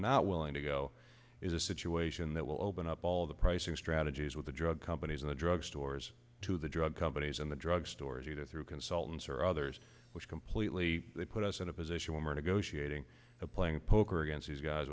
not willing to go is a situation that will open up all the pricing strategies with the drug companies and the drug stores to the drug companies and the drug stores you to through consultants or others which completely put us in a position where we're negotiating playing poker against these guys